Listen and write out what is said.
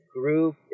group